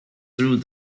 through